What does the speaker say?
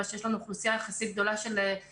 בגלל שיש לנו אוכלוסייה יחסית גדולה של חרדים,